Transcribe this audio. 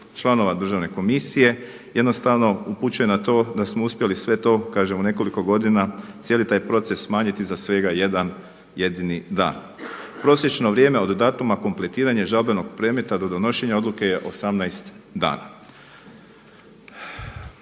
članova državne komisije jednostavno upućuje na to da smo uspjeli sve to kažem u nekoliko godina cijeli taj proces smanjiti za svega 1 jedini dan. Prosječan vrijeme od datuma kompletiranja i žalbenog predmeta do donošenja odluke je 18 dana.